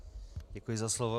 Děkuji za slovo.